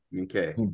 Okay